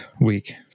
week